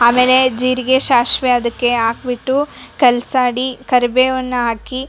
ಆಮೇಲೆ ಜೀರಿಗೆ ಸಾಸ್ವೆ ಅದಕ್ಕೆ ಹಾಕ್ಕ್ಬಿಟ್ಟು ಕಲ್ಸಾಡಿ ಕರಿಬೇವನ್ನ ಹಾಕಿ